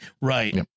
Right